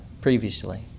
previously